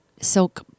silk